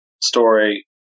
story